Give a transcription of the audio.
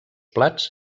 plats